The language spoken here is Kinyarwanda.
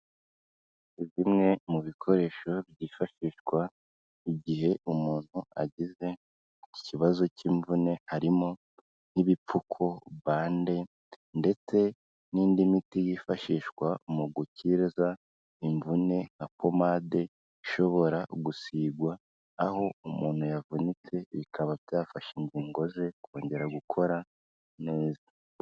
Bimwe mu bikoresho byifashishwa igihe umuntu agize ikibazo cy'imvune, harimo nk'ibipfuko, bande ndetse n'indi miti yifashishwa mu gukiza imvune nka pomade ishobora gusigwa aho umuntu yavunitse bikaba byafasha ingingo ze kongera gukora neza.